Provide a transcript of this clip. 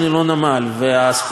ואספקת הנפט,